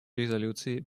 резолюции